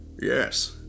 Yes